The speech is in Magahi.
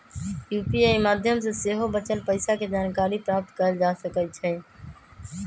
यू.पी.आई माध्यम से सेहो बचल पइसा के जानकारी प्राप्त कएल जा सकैछइ